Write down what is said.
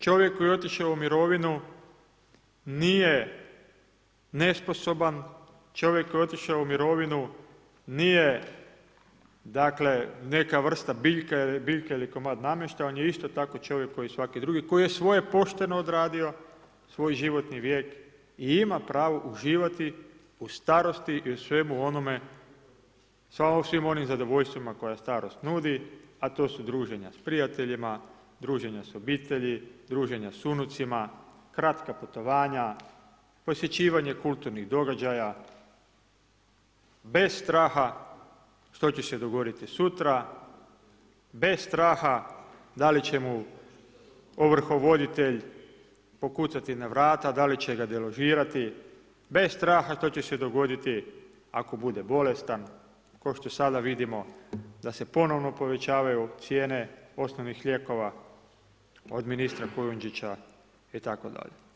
Čovjek koji je otišao u mirovinu nije nesposoban, čovjek koji je otišao u mirovnu nije dakle neka vrsta biljke ili komad namještaja, on je isto tako čovjek kao svaki drugi koji je svoje pošteno odradio, svoj životni vijek i ima pravo uživati u starosti i u svemu onome, svim onim zadovoljstvima koja starost nudi a to su druženja s prijateljima, druženja s obitelji, druženja s unucima, kratka putovanja, posjećivanje kulturnih događaja bez straha što će se dogoditi sutra, bez straha da li će mu ovrhovoditelj pokucati na vrata, da li će ga deložirati, bez straha što će se dogoditi ako bude bolestan kao što sada vidimo da se ponovno povećavaju cijene osnovnih lijekova od ministra Kujundžića itd.